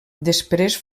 després